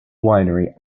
winery